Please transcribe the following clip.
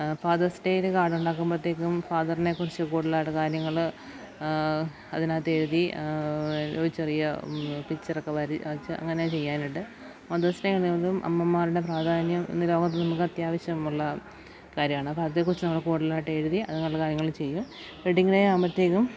fathers ഡേക്ക് കാർഡുണ്ടാക്കുമ്പോഴത്തേക്കും ഫാദറിനെക്കുറിച്ച് കൂടുതലായിട്ട് കാര്യങ്ങൾ അതിനകത്ത് എഴുതി ചോദിച്ചറിയുമോ പിക്ച്ചറൊക്കെ വരച്ച് അങ്ങനെ ചെയ്യാനുണ്ട് മദേഴ്സ് ഡേ ആണെങ്കിലും അമ്മമാരുടെ പ്രാധാന്യം ഇന്നു ലോകത്ത് നമുക്കത്യാവശ്യമുള്ള കാര്യമാണ് അപ്പം അതേക്കുറിച്ച് നമ്മൾ കൂടുതലായിട്ടെഴുതി അങ്ങനെയുള്ള കാര്യങ്ങൾ ചെയ്യും വെഡ്ഡിങ്ങ് ഡേ ആകുമ്പോഴത്തേക്കും